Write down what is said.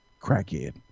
Crackhead